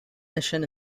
mission